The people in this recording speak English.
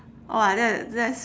!wah! that that's